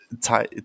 Ty